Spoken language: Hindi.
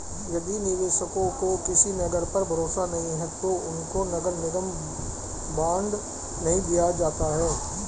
यदि निवेशकों को किसी नगर पर भरोसा नहीं है तो उनको नगर निगम बॉन्ड नहीं दिया जाता है